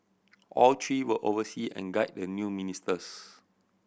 all three will oversee and guide the new ministers